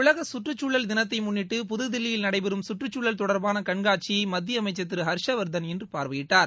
உலக கற்றுச்சூழல் தினத்தை முன்னிட்டு புததில்லியில் நடைபெறும் கற்றுச்சூழல் தொடர்பான கண்காட்சியை மத்திய அமைச்சர் திரு ஹர்ஷவர்தன் இன்று பார்வையிட்டார்